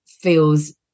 feels